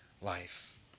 life